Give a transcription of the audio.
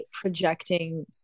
projecting